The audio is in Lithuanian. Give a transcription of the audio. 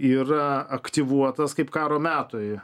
yra aktyvuotas kaip karo metui